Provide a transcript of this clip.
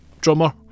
drummer